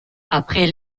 après